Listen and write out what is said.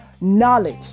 knowledge